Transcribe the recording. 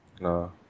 No